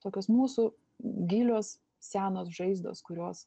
tokios mūsų gilios senos žaizdos kurios